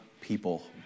people